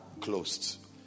closed